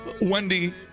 Wendy